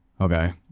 okay